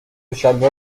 شلوار